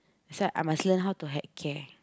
so I must learn how to heck care